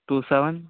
two seven